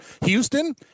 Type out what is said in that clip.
houston